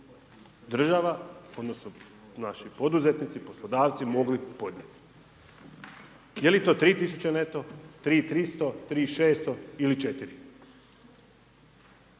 država odnosno naši poduzetnici, poslodavci, mogli podnijeti? Je li to 3.000,00 kn neto, 3.300,00 kn,